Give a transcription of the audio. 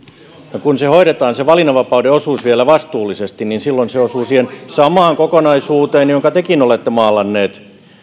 ja kun se valinnanvapauden osuus hoidetaan vielä vastuullisesti niin silloin se osuu siihen samaan kokonaisuuteen jonka tekin olette maalanneet